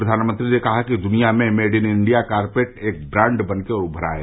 प्रधानमंत्री ने कहा कि दुनिया में मेड इन इण्डिया कारपेट एक ब्राण्ड बनकर उभरा है